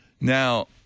Now